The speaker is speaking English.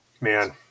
Man